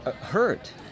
hurt